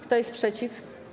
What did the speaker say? Kto jest przeciw?